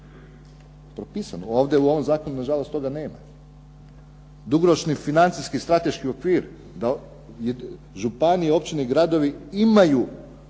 propisano. Ovdje u ovom zakonu na žalost toga nema. Dugoročni financijski strateški okvir da županije, općine i gradovi imaju